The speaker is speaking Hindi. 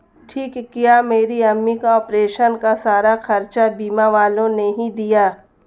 ठीक किया मेरी मम्मी का ऑपरेशन का सारा खर्चा बीमा वालों ने ही दिया